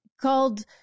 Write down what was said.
called